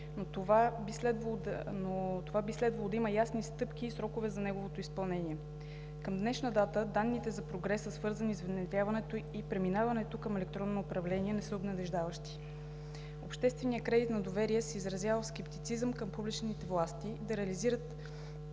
но би следвало да има ясни стъпки и срокове за неговото изпълнение. Към днешна дата данните за прогреса, свързани с внедряването и преминаването към електронно управление, не са обнадеждаващи. Общественият кредит на доверие се изразява в скептицизъм към публичните власти да реализират